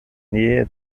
nähe